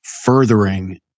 furthering